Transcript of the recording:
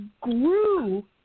grew